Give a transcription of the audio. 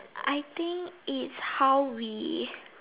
I think it's how we